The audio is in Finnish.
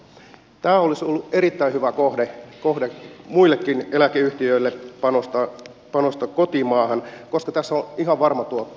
tämä olisi ollut erittäin hyvä kohde muillekin eläkeyhtiöille panostaa kotimaahan koska tässä on ihan varma tuotto